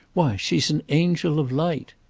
why she's an angel of light.